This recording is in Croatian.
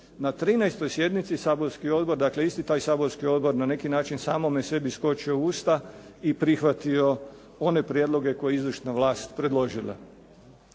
na 13. sjednici saborski odbor, dakle isti taj saborski odbor na neki način samome sebi skočio u usta i prihvatio one prijedloge koje je izvršna vlast predložila.